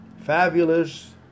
Fabulous